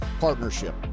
partnership